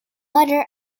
mother